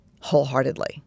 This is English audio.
wholeheartedly